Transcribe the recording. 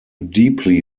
deeply